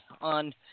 on